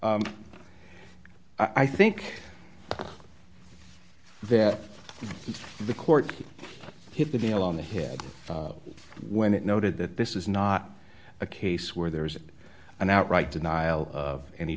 i think that the court hit the nail on the head when it noted that this is not a case where there is an outright denial of any